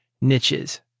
niches